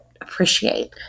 appreciate